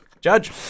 Judge